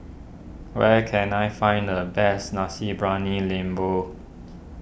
where can I find the best Nasi Briyani Lembu